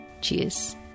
Cheers